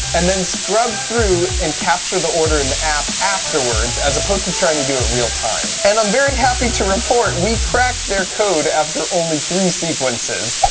and then scrub through and capture the order in the app afterwards, as opposed to trying to do it real-time. and i'm very happy to report we cracked their code after only three sequences.